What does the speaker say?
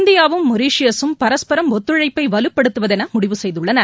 இந்தியாவும் மொரீசியஸூம் பரஸ்பரம் ஒத்துழைப்பைவலுப்படுத்துவதெனமுடிவு செய்துள்ளன